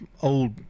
old